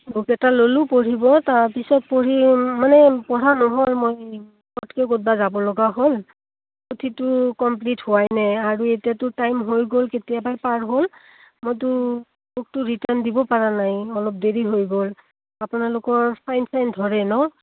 book এটা ল'লোঁ পঢ়িব তাৰপিছত পঢ়ি মানে পঢ়া নহ'ল মই পতকে ক'তবা যাব লগা হ'ল পুথিটো কমপ্লিট হোৱাই নাই আৰু এতিয়াতো টাইম হৈ গ'ল কেতিয়াবাই পাৰ হ'ল মইতো বুকটো ৰিটাৰ্ণ দিব পাৰা নাই অলপ দেৰি হৈ গ'ল আপোনালোকৰ ফাইন চাইন ধৰে ন